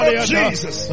Jesus